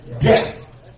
death